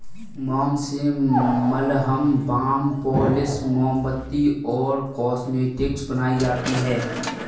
मोम से मलहम, बाम, पॉलिश, मोमबत्ती और कॉस्मेटिक्स बनाई जाती है